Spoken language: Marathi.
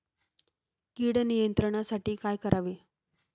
कीड नियंत्रणासाठी काय करावे?